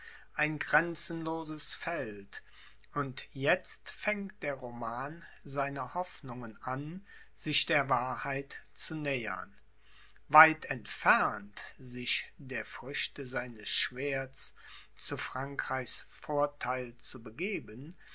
ein grenzenloses feld und jetzt fängt der roman seiner hoffnungen an sich der wahrheit zu nähern weit entfernt sich der früchte seines schwerts zu frankreichs vortheil zu begeben